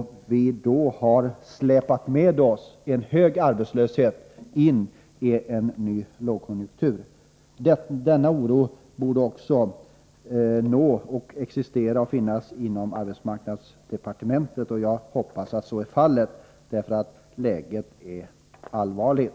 att vi kommer att släpa med oss en hög arbetslöshet in i en ny lågkonjunktur! Denna oro borde finnas också inom arbetsmarknadsdepartementet, och jag hoppas att så är fallet, eftersom läget är allvarligt.